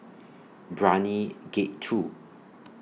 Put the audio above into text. Brani Gate two